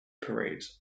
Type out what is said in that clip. parades